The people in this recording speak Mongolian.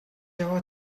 яваа